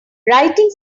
writing